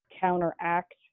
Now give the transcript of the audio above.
counteract